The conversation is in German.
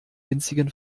winzigen